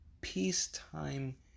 peacetime